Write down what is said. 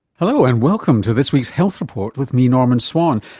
hello and welcome to this week's health report with me norman swan.